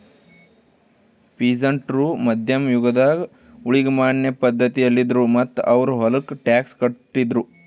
peasant ರು ಮಧ್ಯಮ್ ಯುಗದಾಗ್ ಊಳಿಗಮಾನ್ಯ ಪಧ್ಧತಿಯಲ್ಲಿದ್ರು ಮತ್ತ್ ಅವ್ರ್ ಹೊಲಕ್ಕ ಟ್ಯಾಕ್ಸ್ ಕಟ್ಟಿದ್ರು